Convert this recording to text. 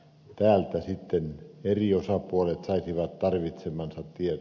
täältä sitten eri osapuolet saisivat tarvitsemansa tiedot